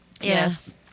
Yes